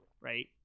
right